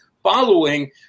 following